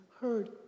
heard